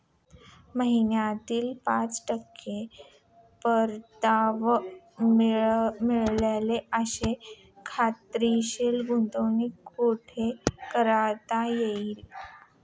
महिन्याला पाच टक्के परतावा मिळेल अशी खात्रीशीर गुंतवणूक कुठे करता येईल?